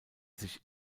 sich